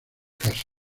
casa